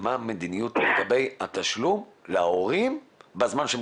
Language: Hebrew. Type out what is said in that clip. מה המדיניות לגבי התשלום להורים בזמן שהם